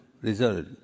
result